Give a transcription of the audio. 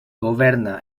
governa